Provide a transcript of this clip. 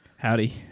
Howdy